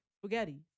Spaghetti